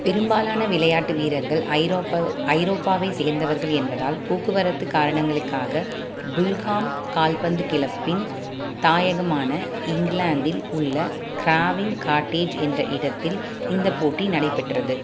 பெரும்பாலான விளையாட்டு வீரர்கள் ஐரோப்பா ஐரோப்பாவைச் சேர்ந்தவர்கள் என்பதால் போக்குவரத்துக் காரணங்களுக்காக புல்ஹாம் கால்பந்து கிளப்பின் தாயகமான இங்கிலாந்தில் உள்ள க்ராவின் காட்டேஜ் என்ற இடத்தில் இந்த போட்டி நடைபெற்றது